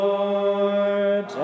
Lord